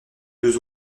deux